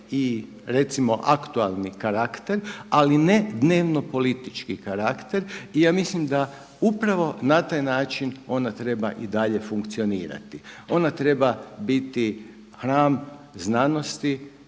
i recimo aktualni karakter ali ne dnevno politički karakter i ja mislim da upravo na taj način ona treba i dalje funkcionirati, ona treba biti hram znanosti,